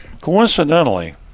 Coincidentally